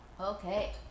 okay